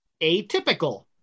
atypical